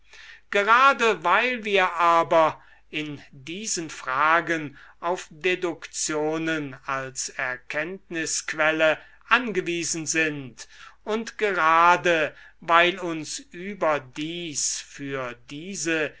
gerade weil wir aber in diesen fragen auf deduktionen als erkenntnisquelle angewiesen sind und gerade weil uns überdies für diese